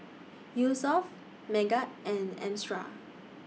Yusuf Megat and Amsyar